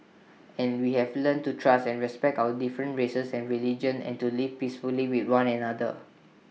and we have learnt to trust and respect our different races and religions and to live peacefully with one another